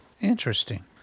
Interesting